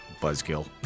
Buzzkill